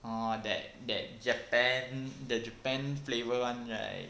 orh that that japan the japan flavour [one] right